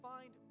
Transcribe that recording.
Find